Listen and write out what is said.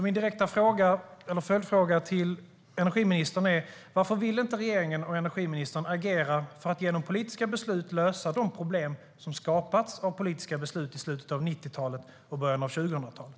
Min direkta följdfråga till energiministern är: Varför vill inte regeringen och energiministern agera för att genom politiska beslut lösa de problem som skapades av politiska beslut i slutet av 1990-talet och början av 2000-talet?